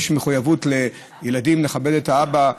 יש מחויבות לילדים לכבד את האבא,